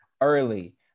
early